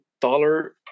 dollar